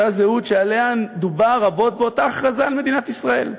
אותה זהות שעליה דובר רבות באותה הכרזה על מדינת ישראל,